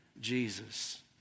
Jesus